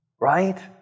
right